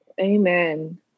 Amen